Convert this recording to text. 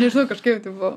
nežinau kažkaip tai buvo